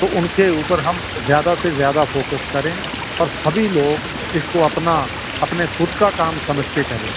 تو ان کے اوپر ہم زیادہ سے زیادہ فوکس کریں اور سبھی لوگ اس کو اپنا اپنے خود کا کام سمجھ کے کریں